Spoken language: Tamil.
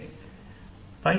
அது தொடர்பாக